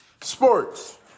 sports